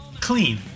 clean